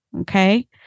Okay